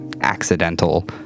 accidental